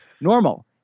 Normal